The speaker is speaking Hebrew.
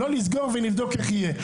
לא לסגור ולבדוק איך יהיה.